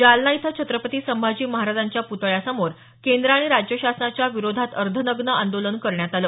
जालना इथं छत्रपती संभाजी महाराजांच्या प्तळ्यासमोर केंद्र आणि राज्य शासनाच्या विरोधात अर्धनग्न आंदोलन करण्यात आलं